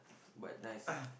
but nice ah